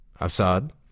Assad